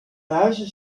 huizen